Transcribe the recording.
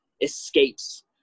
escapes